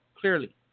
clearly